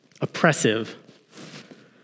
oppressive